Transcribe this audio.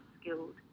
skilled